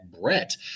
Brett